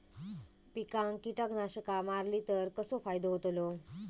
पिकांक कीटकनाशका मारली तर कसो फायदो होतलो?